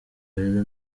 beza